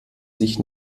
sich